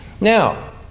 Now